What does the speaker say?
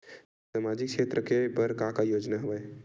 सामाजिक क्षेत्र के बर का का योजना हवय?